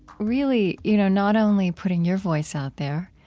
really, you know, not only putting your voice out there,